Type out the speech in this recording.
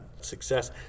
success